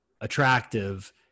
attractive